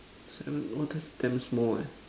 sam !wah! that's damn small eh